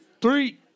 three